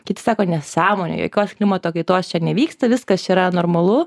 kiti sako nesąmonė jokios klimato kaitos čia nevyksta viskas čia yra normalu